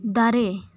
ᱫᱟᱨᱮᱹ